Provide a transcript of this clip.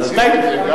הם הציעו את זה.